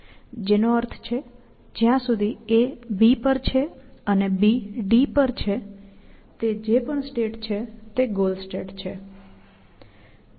જેનો અર્થ છે જ્યાં સુધી A B પર છે અને B D પર છે તે જે પણ સ્ટેટ છે તે ગોલ સ્ટેટ છે